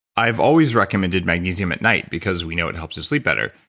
i've always recommended magnesium at night because we know it helps us sleep better,